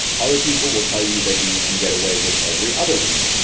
other people will tell you that you can get away with every other week.